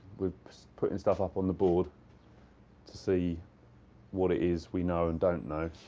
we're putting stuff up on the board to see what it is we know and don't know.